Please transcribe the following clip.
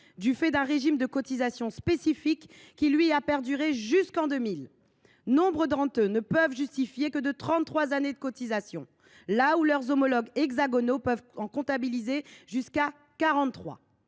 du fait d’un régime de cotisation spécifique, qui a perduré jusqu’en 2000. Nombre d’entre eux ne peuvent justifier que de trente trois années de cotisation, là où leurs homologues hexagonaux peuvent en comptabiliser jusqu’à